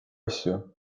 asju